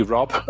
Rob